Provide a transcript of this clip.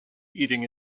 eating